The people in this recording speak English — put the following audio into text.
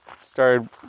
started